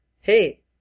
hey